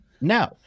no